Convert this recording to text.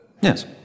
Yes